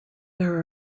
are